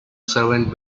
servant